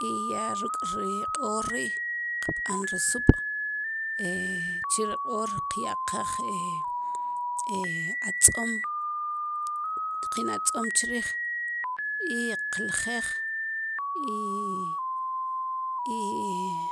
I ya ruk' ri q'oor ri' qb'an ri sub' che or qyaqaj atz'om kin atz'om chriij i qljeej i